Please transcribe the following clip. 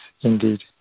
indeed